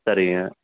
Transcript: சரிங்க